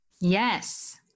Yes